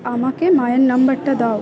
আমাকে মায়ের নম্বরটা দাও